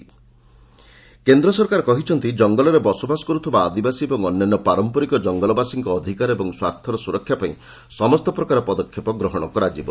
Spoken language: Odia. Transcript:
ଗଭ୍ଟ୍ ଟ୍ରାଇବାଲ୍ ରାଇଟ୍ସ୍ କେନ୍ଦ୍ର ସରକାର କହିଛନ୍ତି ଜଙ୍ଗଲରେ ବସବାସ କରୁଥିବା ଆଦିବାସୀ ଓ ଅନ୍ୟାନ୍ୟ ପାରମ୍ପରିକ ଜଙ୍ଗଲବାସୀଙ୍କ ଅଧିକାର ଓ ସ୍ୱାର୍ଥର ସୁରକ୍ଷାପାଇଁ ସମସ୍ତ ପ୍ରକାର ପଦକ୍ଷେପ ଗ୍ରହଣ କରାଯିବ